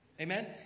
Amen